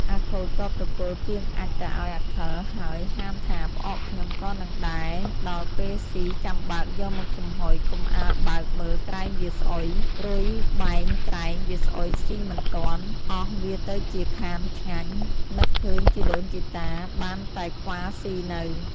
អាខូចក៏ប្រគល់ពាងអាចម៏ទៅឱ្យអាខិលហើយហាមថា“ផ្អកខ្ញុំក៏នឹងដែរដល់ពេលស៊ីចាំបើកយកមកចំហុយកុំអាលបើកមើលក្រែងវាស្អុយរុយបែងក្រែងវាស្អុយស៊ីមិនទាន់អស់វាទៅជាខានឆ្ងាញ់ នឹកឃើញជីដូនជីតា បានតែខ្វាស៊ីនៅ”។